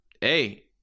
Hey